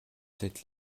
cette